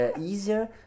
Easier